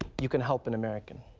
you can help an american.